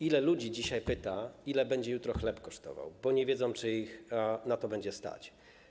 Ile ludzi dzisiaj pyta, ile jutro będzie chleb kosztował, bo nie wiedzą, czy ich na to będzie stać?